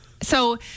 So-